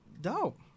dope